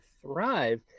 thrive